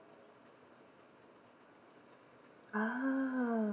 ah